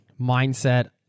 mindset